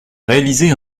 réalisé